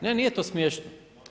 Ne nije to smiješno.